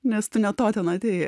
nes tu ne to ten atėjai